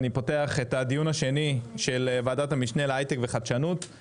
אני פותח את הדיון השני של ועדת המשנה להיי-טק וחדשנות.